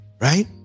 Right